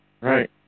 Right